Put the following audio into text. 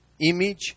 image